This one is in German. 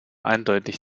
eindeutig